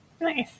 Nice